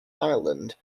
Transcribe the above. ireland